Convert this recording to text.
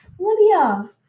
Olivia